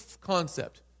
concept